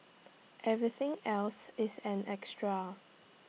everything else is an extra